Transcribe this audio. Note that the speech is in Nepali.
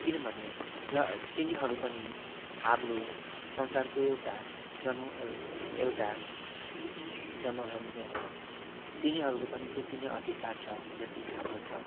किनभने ज तिनीहरू पनि हाम्रो संसारको एउटा जन एउटा जनावरहरू नै हो तिनीहरूको पनि त्यती ने अधिकार छ जति हाम्रो छ